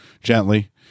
gently